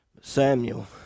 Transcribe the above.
Samuel